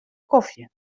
kofje